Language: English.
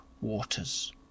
waters